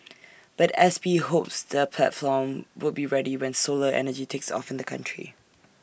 but S P hopes the platform would be ready when solar energy takes off in the country